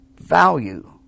value